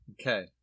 Okay